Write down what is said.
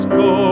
go